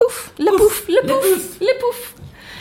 לפוף! לפוף! לפוף!